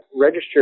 registered